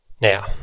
Now